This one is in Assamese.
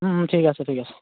ঠিক আছে ঠিক আছে